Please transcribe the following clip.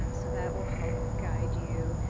um so that will help guide you,